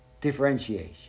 differentiation